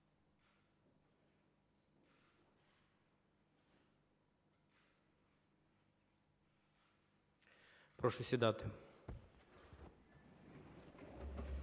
Прошу сідати.